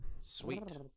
sweet